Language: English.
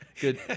good